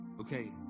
Okay